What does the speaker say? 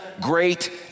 great